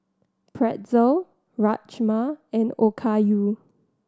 Pretzel Rajma and Okayu